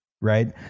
right